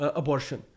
abortion